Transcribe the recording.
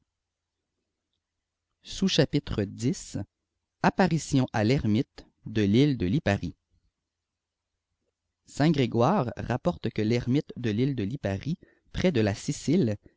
apparition à vermiu d l'u de lipwi saint grégoire rapporte que l'ermite de lîie de lipari près de la sicile